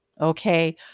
okay